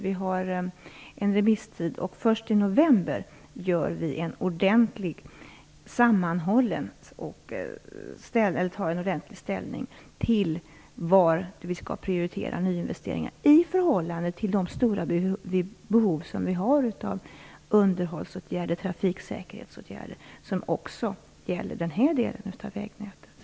Vi har en remisstid, och först i november gör vi ett ordentligt, sammanhållet ställningstagande till var vi skall prioritera nyinvesteringar i förhållande till de stora behov vi har av underhålls och trafiksäkerhetsåtgärder även i den här delen av vägnätet.